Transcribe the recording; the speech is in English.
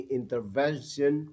intervention